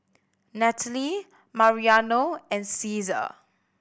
Natalie Mariano and Ceasar